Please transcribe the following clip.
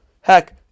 heck